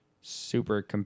super